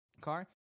car